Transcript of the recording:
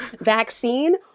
vaccine